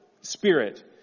spirit